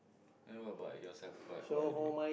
then what about yourself what what are you doing